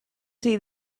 see